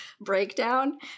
breakdown